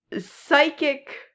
psychic